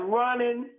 running